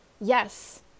yes